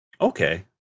Okay